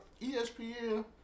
ESPN